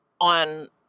on